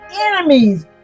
enemies